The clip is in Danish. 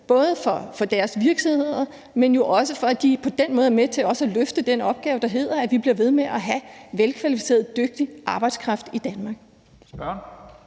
både giver for virksomhederne, men jo også, fordi de på den måde er med til at løfte den opgave, der handler om, at vi bliver ved med at have velkvalificeret og dygtig arbejdskraft i Danmark.